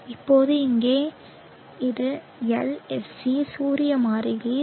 இப்போது இங்கே இது LSC சூரிய மாறிலி 0